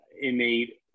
innate